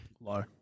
Low